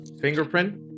fingerprint